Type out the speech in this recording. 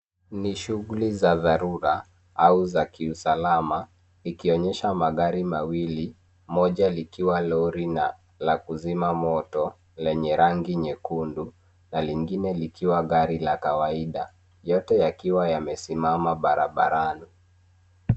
Ni shughuli za dharura au za kiusalama, likionyesha magari mawili, moja likiwa lori la kuzima moto lenye rangi nyekundu na lingine likiwa gari la kawaida, yote yakiwa yamesimama barabarani.